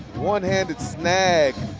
one-handed snag.